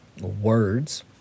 words